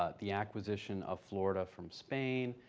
ah the acquisition of florida from spain,